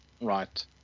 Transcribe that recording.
Right